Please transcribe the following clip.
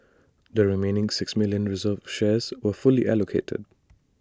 the remaining six million reserved shares were fully allocated